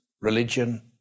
religion